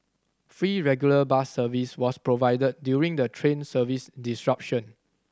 free regular bus service was provided during the train service disruption